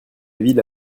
ville